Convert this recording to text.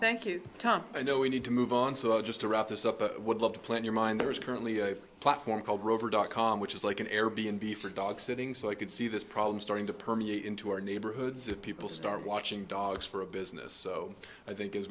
tom i know we need to move on so just to wrap this up but would love to play in your mind there is currently a platform called rover dot com which is like an air b n b for dog sitting so i could see this problem starting to permeate into our neighborhoods if people start watching dogs for a business so i think as